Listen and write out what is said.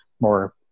more